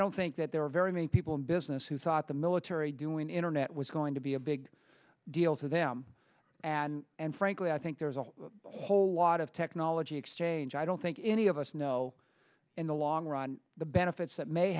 don't think that there are very many people in business who thought the military doing internet was going to be a big deal to them and and frankly i think there's a whole lot of technology exchange i don't think any of us know in the long run the benefits that may